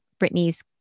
Britney's